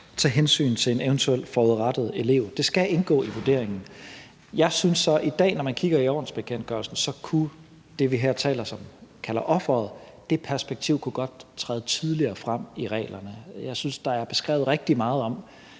tage hensyn til en eventuelt forurettet elev. Det skal indgå i vurderingen. Når man kigger i ordensbekendtgørelsen i dag, synes jeg så, at det, vi her kalder offeret, og offerets perspektiv godt kunne træde tydeligere frem i reglerne. Jeg synes, der er beskrevet rigtig meget om,